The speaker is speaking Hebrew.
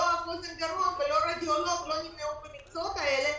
לא רופא האף אוזן גרון ולא הרדיולוג נמנו על המקצועות האלה.